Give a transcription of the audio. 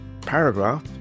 paragraph